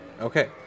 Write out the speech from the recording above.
Okay